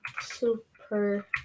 Super